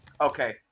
Okay